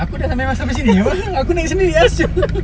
aku dah sampai masuk sini apa aku nak isi minyak ah [siol]